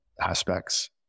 aspects